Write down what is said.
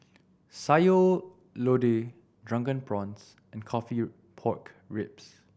Sayur Lodeh Drunken Prawns and coffee pork ribs